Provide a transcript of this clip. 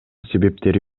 себептери